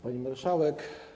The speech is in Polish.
Pani Marszałek!